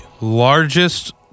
largest